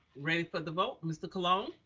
ready for the vote, mr. colon.